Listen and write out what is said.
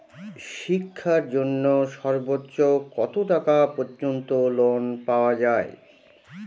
শিক্ষার জন্য সর্বোচ্চ কত টাকা পর্যন্ত লোন পাওয়া য়ায়?